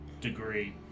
degree